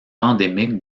endémique